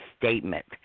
statement